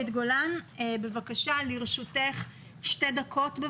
בבקשה, לרשותך שתי דקות.